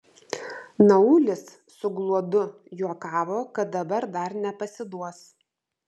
naulis su gluodu juokavo kad dabar dar nepasiduos